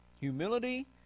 humility